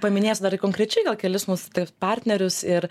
paminėsiu dar ir konkrečiai gal kelis mūs partnerius ir